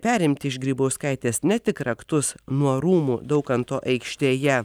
perimti iš grybauskaitės ne tik raktus nuo rūmų daukanto aikštėje